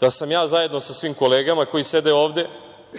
da sam ja zajedno sa svim kolegama koji sede ovde